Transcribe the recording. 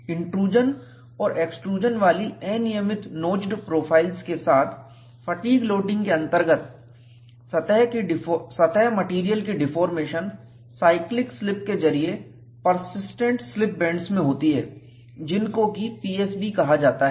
intrusion और extrusion वाली अनियमित नोच्ड प्रोफाइल्स के साथ फटीग लोडिंग के अंतर्गत सतह मेटेरियल की डिफॉर्मेशन साइक्लिक स्लिप के जरिए परसिस्टेंट स्लिप बैंड्स में होती है जिनको कि PSB कहा जाता है